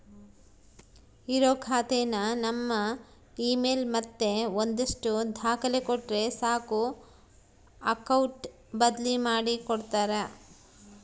ಇರೋ ಖಾತೆನ ನಮ್ ಇಮೇಲ್ ಮತ್ತೆ ಒಂದಷ್ಟು ದಾಖಲೆ ಕೊಟ್ರೆ ಸಾಕು ಅಕೌಟ್ ಬದ್ಲಿ ಮಾಡಿ ಕೊಡ್ತಾರ